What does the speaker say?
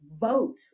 vote